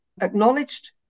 acknowledged